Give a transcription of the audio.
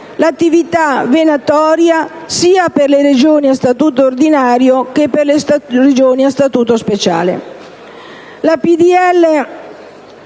l'attività venatoria, sia per le Regioni a Statuto ordinario che per le Regioni a Statuto speciale. Il